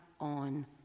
on